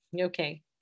Okay